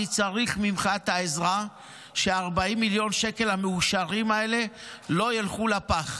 אני צריך ממך את העזרה שה-40 מיליון שקל המאושרים האלה לא ילכו לפח.